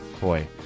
boy